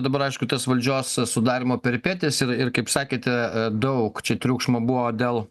dabar aišku tas valdžios sudarymo peripetijas ir ir kaip sakėte daug čia triukšmo buvo dėl